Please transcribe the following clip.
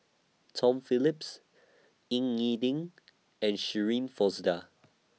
Tom Phillips Ying E Ding and Shirin Fozdar